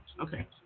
Okay